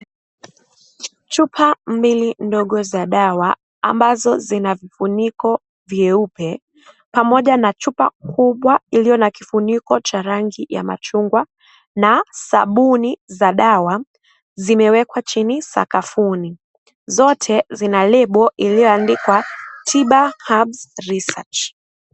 Chupa mbili ndogo za dawa ambazo zina vifuniko vyeupe pamoja na chupa kubwa iliyo na kifuniko cha rangi ya machungwa na sabuni za dawa zimewekwa sakafuni zote zina lebo iliyoandikwa Tiba Herbs Research .